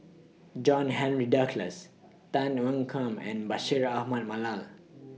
John Henry Duclos Tan Ean Kiam and Bashir Ahmad Mallal